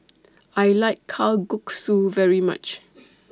I like Kalguksu very much